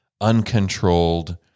uncontrolled